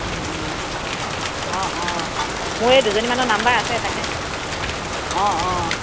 মোৰ এই দুজনীমানৰ নাম্বাৰ আছে তাকে অঁ অঁ